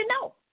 no